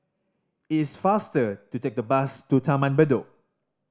it is faster to take the bus to Taman Bedok